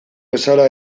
bezala